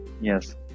yes